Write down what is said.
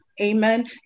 Amen